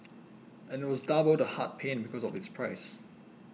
and it was double the heart pain because of its price